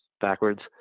backwards